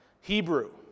Hebrew